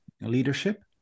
leadership